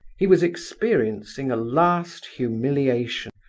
he was experiencing a last humiliation,